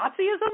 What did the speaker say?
Nazism